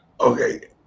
Okay